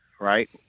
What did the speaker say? right